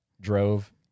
drove